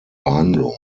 behandlung